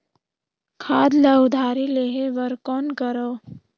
खाद ल उधारी लेहे बर कौन करव?